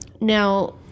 Now